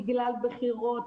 בגלל בחירות,